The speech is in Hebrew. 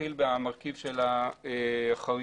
- נתחיל במרכיב בחריגות.